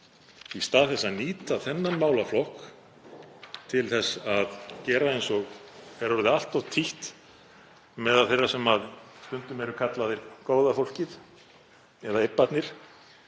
í stað þess að nýta þennan málaflokk, eins og er orðið allt of títt meðal þeirra sem stundum eru kallaðir góða fólkið eða „ybbarnir“,